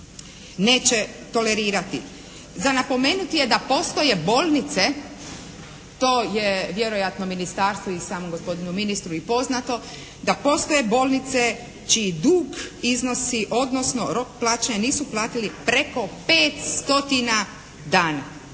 neće tolerirati. Za napomenuti je da postoje bolnice, to je vjerojatno ministarstvo i samom gospodinu ministru i poznato, da postoje bolnice čiji dug iznosi, odnosno rok plaćanja nisu platili preko 5 stotina